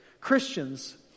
Christians